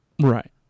Right